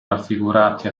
raffigurati